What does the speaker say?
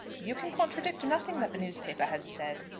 you can contradict nothing that the newspaper has said.